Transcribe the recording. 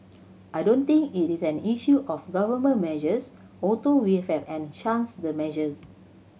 I don't think it is an issue of Government measures although we have enchants the measures